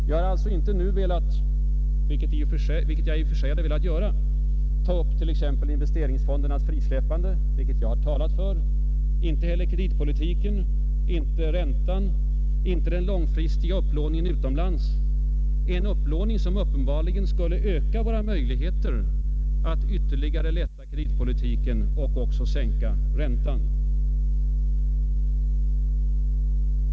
Jag skall alltså inte nu — vilket jag i och för sig hade velat göra — ta upp t.ex. frågan om investeringsfondernas frisläppande, vilket jag har talat för, inte heller kreditpolitiken, inte räntan, inte den långfristiga upplåningen utomlands — en upplåning som uppenbarligen skulle öka våra möjligheter att ytterligare lätta kreditpolitiken och även sänka räntan.